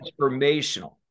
transformational